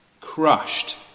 crushed